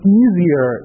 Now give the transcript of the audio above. easier